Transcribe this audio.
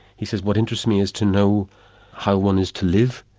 he says, what interests me is to know how one is to live,